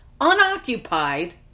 unoccupied